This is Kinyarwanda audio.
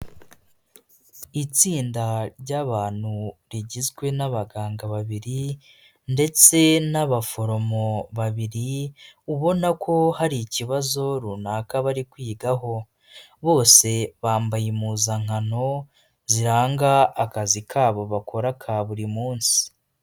Itsinda ry'abantu rigizwe n'abaganga babiri ndetse n'abaforomo babiri ubona ko hari ikibazo runaka bari kwigaho, bose bambaye impuzankano ziranga akazi kabo bakora ka buri munsi.